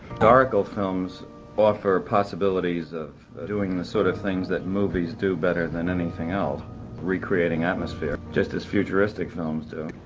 historical films offer possibilities of doing the sort of things that movies do better than anything else re-creating atmosphere just as futuristic films do.